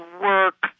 work